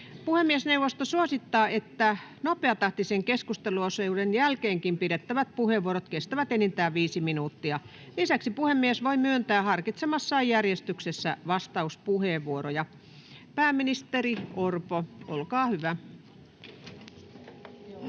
Puhemiesneuvosto suosittaa, että nopeatahtisen keskusteluosuuden jälkeenkin pidettävät puheenvuorot kestävät enintään viisi minuuttia. Lisäksi puhemies voi myöntää harkitsemassaan järjestyksessä vastauspuheenvuoroja. — Pääministeri Orpo, olkaa hyvä. [Speech